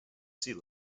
sea